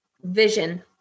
Vision